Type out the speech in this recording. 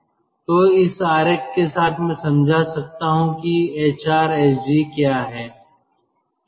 तो इस आरेख के साथ मैं समझा सकता हूं कि एचआरएसजी क्या है